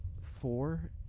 four